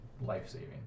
life-saving